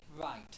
right